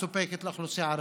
המסופקת לאוכלוסייה הערבית.